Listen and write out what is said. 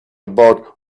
about